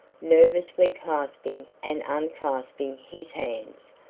nervously clasping and unclasping his hands.